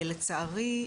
לצערי,